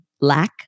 lack